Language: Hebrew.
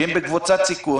שהם בקבוצת סיכון